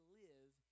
live